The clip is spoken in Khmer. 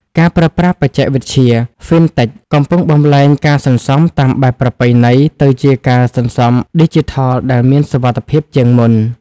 ការប្រើប្រាស់បច្ចេកវិទ្យា Fintech កំពុងបំលែងការសន្សំតាមបែបប្រពៃណីឱ្យទៅជាការសន្សំឌីជីថលដែលមានសុវត្ថិភាពជាងមុន។